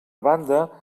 banda